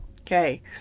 Okay